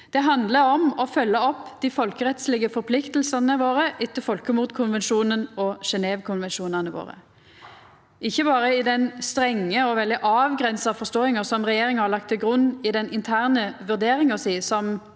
Det handlar om å følgja opp dei folkerettslege forpliktingane våre etter folkemordkonvensjonen og Genèvekonvensjonane, ikkje berre i den strenge og veldig avgrensa forståinga som regjeringa har lagt til grunn i den interne vurderinga si,